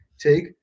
take